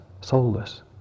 soulless